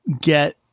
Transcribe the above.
get